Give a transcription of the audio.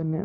कन्नै